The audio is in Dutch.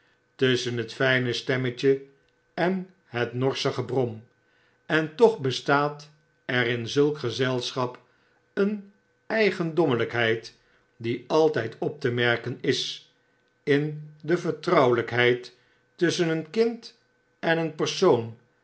tusschen het njne stemmetje en het norsche gebrom en toch bestaat er in zulk gezelschap een eigendommelijkheid die altijd op te merken is in de vertrouwelijkheid tusschen een kind en een persoon